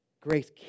Grace